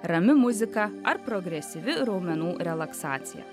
rami muzika ar progresyvi raumenų relaksacija